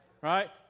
Right